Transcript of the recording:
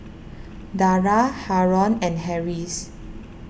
Dara Haron and Harris